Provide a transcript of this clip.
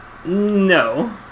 No